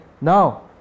now